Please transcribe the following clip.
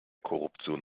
korruption